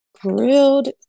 grilled